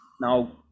now